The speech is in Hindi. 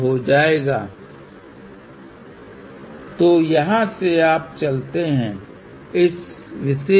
तो चलिए गणना करते हैं कि यह j10 Ω है और y क्या था y jωC j 2 और y में हमें 50 से विभाजित करना है